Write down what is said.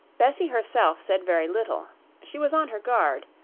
bessie herself said very little she was on her guard,